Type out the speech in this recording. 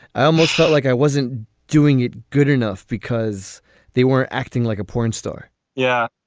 i almost felt like i wasn't doing it good enough because they weren't acting like a porn star yeah.